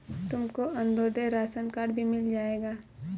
तुमको Antyodaya ration card भी मिल जाएगा